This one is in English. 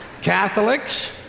Catholics